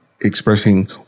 expressing